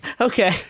Okay